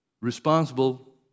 responsible